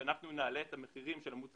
הצענו שאנחנו נעלה את המחירים שלנו בעצמנו,